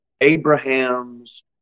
Abraham's